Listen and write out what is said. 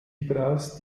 überaus